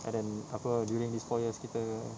and then apa during these four years kita